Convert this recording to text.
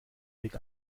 weg